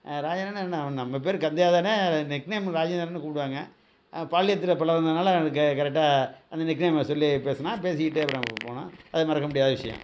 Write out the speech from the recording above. ராஜேந்திரனா என்ன நம்ம பேர் கந்தையா தானே நிக் நேமு ராஜேந்திரன்னு கூப்பிடுவாங்க பாலியத்தில் பழகனதுனால எனக்கு கரெக்டாக அந்த நிக் நேமை சொல்லி பேசினான் பேசிவிட்டு அப்புறம் போனான் அது மறக்க முடியாத விஷயம்